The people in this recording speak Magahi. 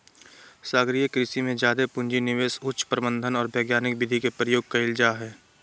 सागरीय कृषि में जादे पूँजी, निवेश, उच्च प्रबंधन और वैज्ञानिक विधि के प्रयोग कइल जा हइ